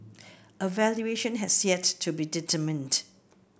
a valuation has yet to be determined